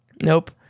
Nope